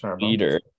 leader